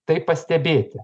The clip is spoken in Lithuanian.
tai pastebėti